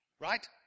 right